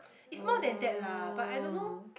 it's more than that lah but I don't know